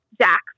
Jack